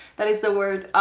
that is the word